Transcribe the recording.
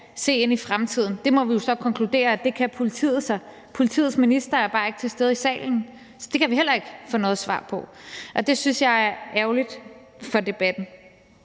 se ind i fremtiden. Der må vi jo så konkludere, at det kan politiet så. Politiets minister er bare ikke til stede i salen, så der kan vi heller ikke få noget svar, og det synes jeg er ærgerligt for debatten.